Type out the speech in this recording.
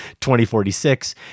2046